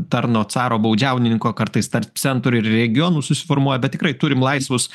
tarno caro baudžiauninko kartais tarp centro ir regionų susiformuoja bet tikrai turim laisvus